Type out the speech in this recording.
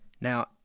Now